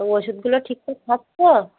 সব ওষুধগুলো ঠিকঠাক খাচ্ছ